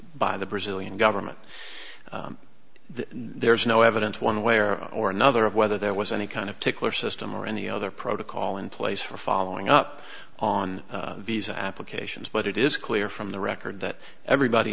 by the brazilian government there is no evidence one way or or another of whether there was any kind of particular system or any other protocol in place for following up on visa applications but it is clear from the record that everybody